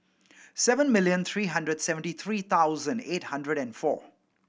seven million three hundred seventy three thousand eight hundred and four